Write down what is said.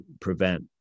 prevent